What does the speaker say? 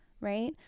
right